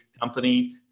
company